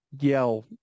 yell